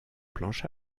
planche